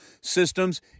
systems